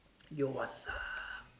yo what's up